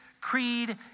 creed